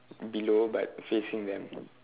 below but facing them